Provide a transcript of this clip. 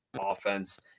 offense